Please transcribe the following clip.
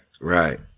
right